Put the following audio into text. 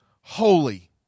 holy